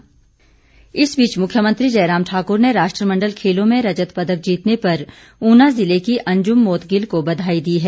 खेल इस बीच मुख्यमंत्री जयराम ठाकुर ने राष्ट्रमण्डल खेलों में रजत पदक जीतने पर ऊना ज़िले की अंज़ुम मोदग़िल को बघाई दी है